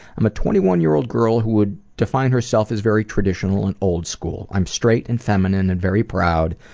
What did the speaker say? i'm a twenty one year old girl who would define herself as very traditional and old-school. i'm straight and feminine and very proud,